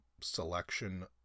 selection